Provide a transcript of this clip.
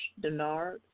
Denard